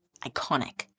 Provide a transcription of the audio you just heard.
iconic